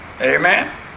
Amen